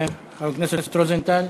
חבר הכנסת רוזנטל.